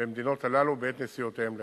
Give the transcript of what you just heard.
במדינות הללו בעת נסיעותיהם לחו"ל.